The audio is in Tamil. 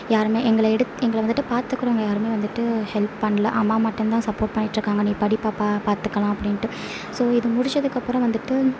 யாரும் எங்களை எடு எங்களை வந்துட்டு பார்த்துக்குறவங்க யாரும் வந்துட்டு ஹெல்ப் பண்ணலை அம்மா மட்டும்தான் சப்போர்ட் பண்ணிட்டு இருக்காங்க நீ படி பாப்பா பார்த்துக்கலாம் அப்படிண்ட்டு ஸோ இது முடிச்சதுக்கு அப்புறம் வந்துட்டு